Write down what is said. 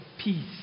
peace